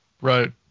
right